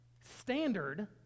standard